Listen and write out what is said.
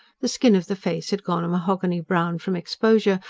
the skin of the face had gone a mahogany brown from exposure,